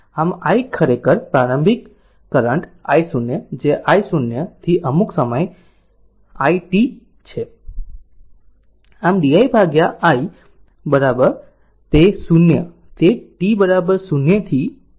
આમ i ખરેખર પ્રારંભિક કરંટ I0 જે I0 થી અમુક સમયે t i t છે આમ di i તે 0 at t 0 થી t t R L dt છે